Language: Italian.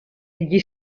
gli